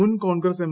മുൻ കോൺഗ്രസ് എം